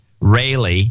Rayleigh